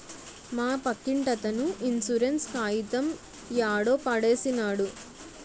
మా పక్కింటతను ఇన్సూరెన్స్ కాయితం యాడో పడేసినాడు